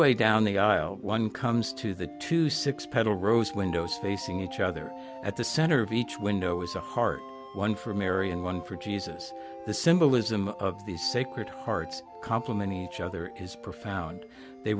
midway down the aisle one comes to the two six petal rose windows facing each other at the center of each window was a hard one for mary and one for jesus the symbolism of the sacred hearts complement each other is profound they